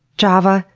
java,